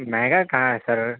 مہنگا کہاں ہے سر